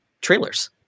trailers